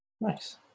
Nice